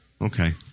Okay